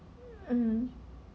mm